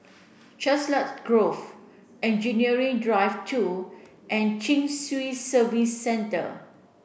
Chiselhurst Grove Engineering Drive two and Chin Swee Service Centre